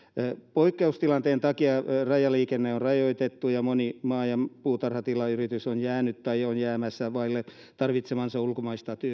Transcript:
poikkeustilanteen takia rajaliikenne on rajoitettu ja moni maa ja puutarhatilayritys on jäänyt tai on jäämässä vaille tarvitsemaansa ulkomaista